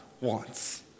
wants